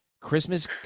christmas